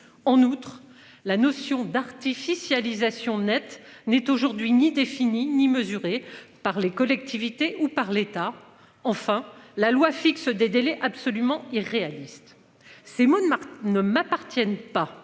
en outre la notion d'artificialisation nette n'est aujourd'hui ni défini ni mesuré par les collectivités ou par l'État. Enfin, la loi fixe des délais absolument irréaliste. Ces mots ne m'appartiennent pas,